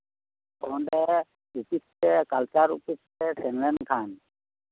ᱚᱸᱰᱮ ᱚᱯᱤᱥᱛᱮ ᱮᱜᱨᱤᱠᱟᱞᱪᱟᱨ ᱚᱯᱷᱤᱥᱯᱮ ᱥᱮᱱ ᱞᱮᱱᱠᱷᱟᱱ